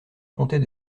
comptait